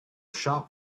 shop